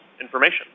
information